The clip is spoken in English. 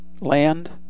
land